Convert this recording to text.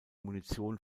munition